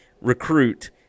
recruit